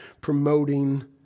promoting